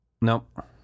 Nope